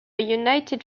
united